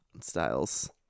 styles